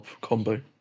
combo